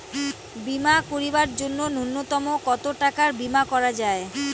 বীমা করিবার জন্য নূন্যতম কতো টাকার বীমা করা যায়?